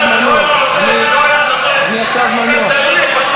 או כל אימת שהוא חושש שיש חשש לשלום הציבור,